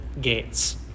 gates